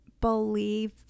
believe